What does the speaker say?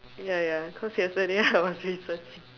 ya ya cause yesterday I was researching